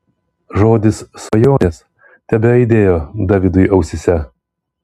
žodis svajonės tebeaidėjo davidui ausyse